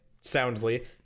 soundly